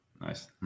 nice